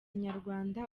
nyarwanda